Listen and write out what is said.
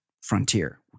frontier